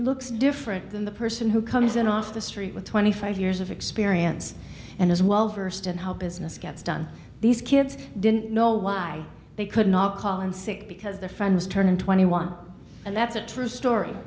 looks different than the person who comes in off the street with twenty five years of experience and as well versed in how business gets done these kids didn't know why they could not call in sick because their friends turned twenty one and that's a true story